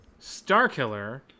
Starkiller